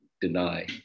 deny